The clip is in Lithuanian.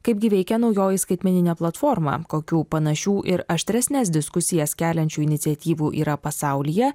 kaip gi veikia naujoji skaitmeninė platforma kokių panašių ir aštresnes diskusijas keliančių iniciatyvų yra pasaulyje